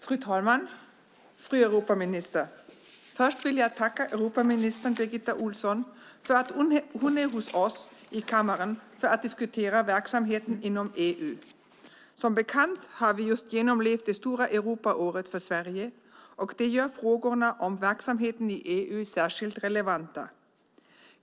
Fru talman! Fru Europaminister! Först vill jag tacka Europaminister Birgitta Ohlsson för att hon är hos oss i kammaren för att diskutera verksamheten inom EU. Som bekant har vi just genomlevt det stora Europaåret för Sverige och det gör frågorna om verksamheten i EU särskilt relevanta.